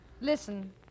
Listen